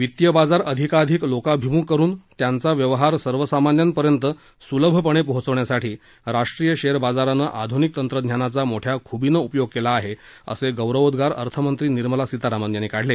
वितीय बाजार अधिकाधिक लोकाभिम्ख करुन त्यांचा व्यवहार सर्वसामान्यांपर्यंत स्लभपणे पोहोचवण्यासाठी राष्ट्रीय शेअर बाजारानं आधुनिक तंत्रज्ञानाचा मोठ्या खुबीनं उपयोग केला आहे असे गौरवोदगार अर्थमंत्री निर्मला सीतारामन यांनी काढले